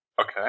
Okay